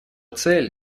цель